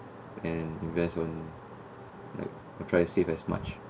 and invest on like try to save as much